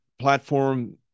platform